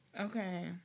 okay